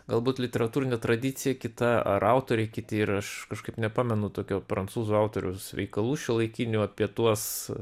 galbūt literatūrinė tradicija kita ar autoriai kiti ir aš kažkaip nepamenu tokio prancūzų autoriaus veikalų šiuolaikinių apie tuos